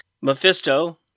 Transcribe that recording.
Mephisto